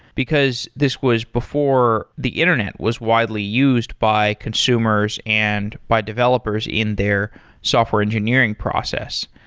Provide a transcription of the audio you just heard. because this was before the internet was widely used by consumers and by developers in their software engineering process.